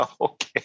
Okay